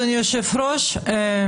אדוני היושב-ראש,